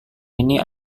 ini